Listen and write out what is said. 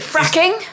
Fracking